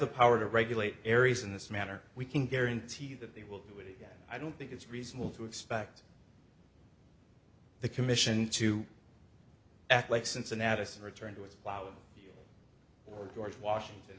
the power to regulate areas in this manner we can guarantee that they will do it i don't think it's reasonable to expect the commission to act like cincinnatus returned with flowers or george washington